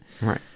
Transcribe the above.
Right